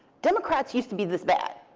democrats used to be this bad.